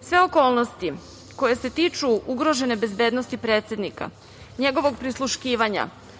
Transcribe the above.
Sve okolnosti koje se tiču ugrožene bezbednosti predsednika, njegovog prisluškivanja,